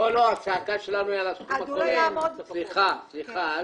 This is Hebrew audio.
לא, לא, הצעקה שלנו היא על הסכום הכולל.